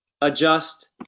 adjust